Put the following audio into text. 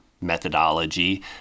methodology